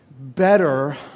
better